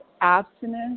abstinence